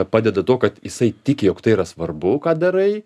padeda tuo kad jisai tiki jog tai yra svarbu ką darai